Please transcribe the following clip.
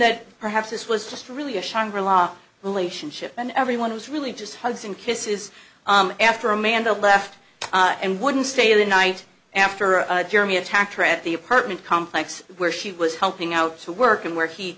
that perhaps this was just really a shangri la relationship and everyone was really just hugs and kisses after amanda left and wouldn't stay the night after jeremy attacked her at the apartment complex where she was helping out to work and where he